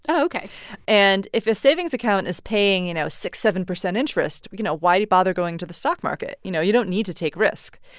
ok and if a savings account is paying, you know, six, seven percent interest, you know, why bother going to the stock market? you know, you don't need to take risk.